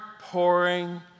pouring